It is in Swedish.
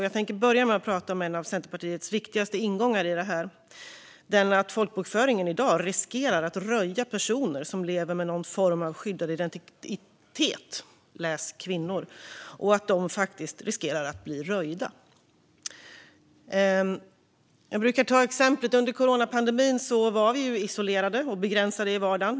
Jag tänkte börja med att tala om en av Centerpartiets viktigaste ingångar i detta, nämligen att folkbokföring riskerar att röja personer som lever med någon form av skyddad identitet - läs kvinnor. Jag brukar ta exemplet med hur vi under coronapandemin var isolerade och begränsade i vardagen.